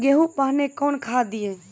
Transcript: गेहूँ पहने कौन खाद दिए?